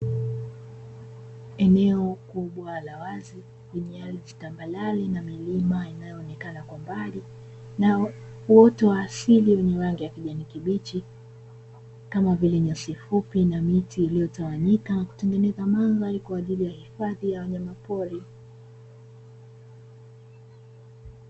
Eneo kubwa la wazi lenye ardhi tambarare na milima inayoonekana kwa mbali na uoto wa asili wenye rangi ya kijani kibichi, kama vile nyasi fupi na miti iliyotawanyika kutengeneza mandhari kwa ajili ya hifadhi ya wanyamapori.